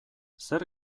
zer